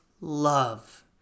love